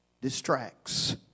distracts